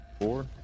four